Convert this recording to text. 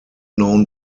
known